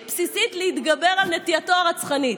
בסיסית להתגבר על נטייתו הרצחנית.